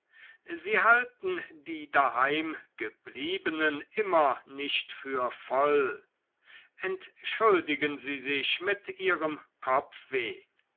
sie halten die daheim gebliebenen immer nicht für voll entschuldigen sie sich mit ihrem kopfweh